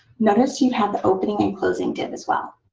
notice you have the opening and closing div as well.